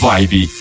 Vibe